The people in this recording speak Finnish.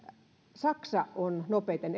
saksa on euroopan nopeiten